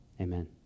Amen